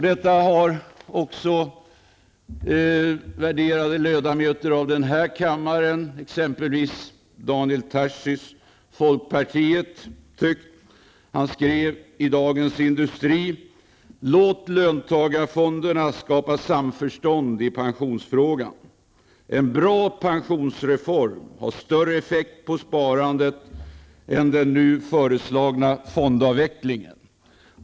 Detta har också värderade ledamöter av denna kammare tyckt, exempelvis Industri: Låt löntagarfonderna skapa samförstånd i pensionsfrågan! En bra pensionsreform har större effekt på sparandet än den nu föreslagna fondavvecklingen.